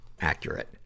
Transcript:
accurate